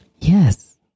Yes